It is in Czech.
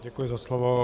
Děkuji za slovo.